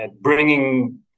bringing